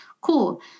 Cool